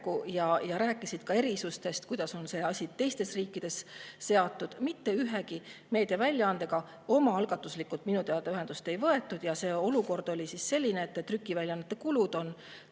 ja rääkisid ka erisustest, kuidas on see asi teistes riikides seatud. Mitte ühegi meediaväljaandega omaalgatuslikult minu teada ühendust ei võetud. Olukord on selline, et trükiväljaannete kulud on